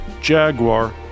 Jaguar